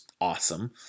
awesome